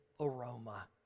aroma